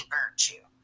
virtue